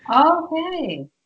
Okay